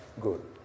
Good